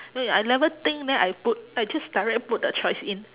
eh I never think then I put I just direct put the choice in